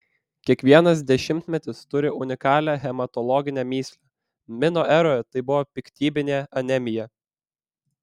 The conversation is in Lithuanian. kiekvienas dešimtmetis turi unikalią hematologinę mįslę mino eroje tai buvo piktybinė anemija